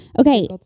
Okay